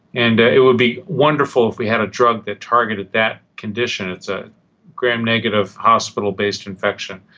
and it would be wonderful if we had a drug that targeted that condition, it's a gram-negative hospital-based infection.